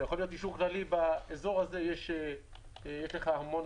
זה יכול להיות אישור כללי באזור הזה יש לך המון